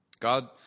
God